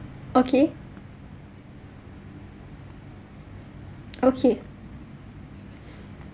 okay okay